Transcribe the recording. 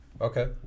Okay